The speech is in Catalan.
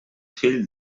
fill